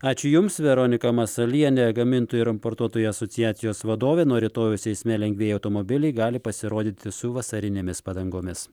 ačiū jums veronika masalienė gamintojų ir importuotojų asociacijos vadovė nuo rytojaus eisme lengvieji automobiliai gali pasirodyti su vasarinėmis padangomis